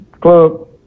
Club